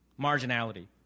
marginality